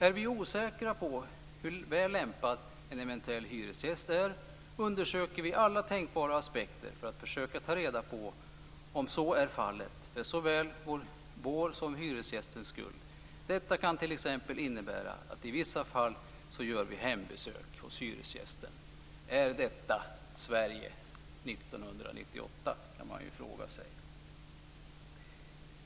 Är vi osäkra på hur väl lämpad en eventuell hyresgäst är, undersöker vi alla tänkbara aspekter för att försöka ta reda på om så är fallet - för såväl vår som hyresgästens skull. Detta kan t ex innebära att vi i vissa fall gör hembesök hos hyresgästen." Är detta Sverige 1998? Det kan man ju fråga sig.